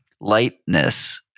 lightness